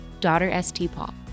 DaughterSTPaul